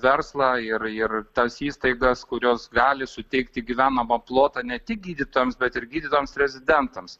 verslą ir ir tas įstaigas kurios gali suteikti gyvenamą plotą ne tik gydytojams bet ir gydytojams rezidentams